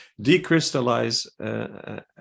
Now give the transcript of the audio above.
decrystallize